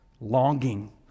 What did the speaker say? longing